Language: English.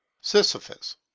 Sisyphus